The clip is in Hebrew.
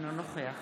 אינו נוכח